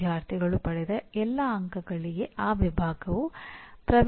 ವಿದ್ಯಾರ್ಥಿಗಳಿಗೆ ಮತ್ತು ಶಿಕ್ಷಕರಿಗೆ ಬಹಳ ಸ್ಪಷ್ಟವಾಗುವ ಹಾಗೆ ಪರಿಣಾಮಗಳನ್ನು ಹೇಗೆ ಬರೆಯುವುದು